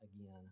again